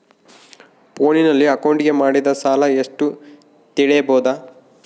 ಫೋನಿನಲ್ಲಿ ಅಕೌಂಟಿಗೆ ಮಾಡಿದ ಸಾಲ ಎಷ್ಟು ತಿಳೇಬೋದ?